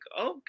okay